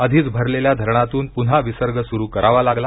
आधीच भरलेल्या धरणांतून पुन्हा विसर्ग सुरू करावा लागला